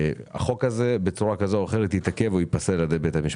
שהחוק הזה בצורה כזו או אחרת יתעכב או ייפסל על ידי בית המשפט.